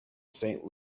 saint